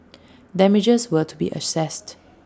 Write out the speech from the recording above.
damages were to be assessed